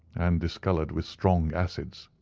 and discoloured with strong acids.